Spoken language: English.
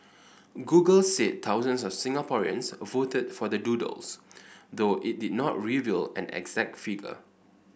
Google said thousands of Singaporeans voted for the doodles though it did not reveal an exact figure